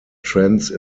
trends